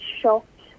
shocked